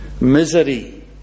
misery